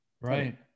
right